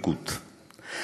e'coute,